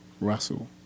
Russell